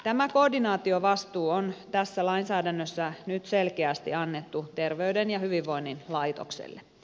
tämä koordinaatiovastuu on tässä lainsäädännössä nyt selkeästi annettu terveyden ja hyvinvoinnin laitokselle